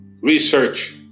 research